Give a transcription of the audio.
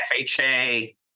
FHA